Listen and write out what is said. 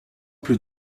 plus